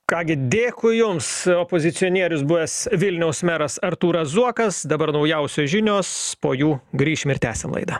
ką gi dėkui jums opozicionierius buvęs vilniaus meras artūras zuokas dabar naujausios žinios po jų grįšim ir tęsim laidą